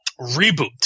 reboot